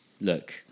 Look